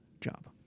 job